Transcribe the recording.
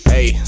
Hey